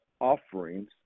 offerings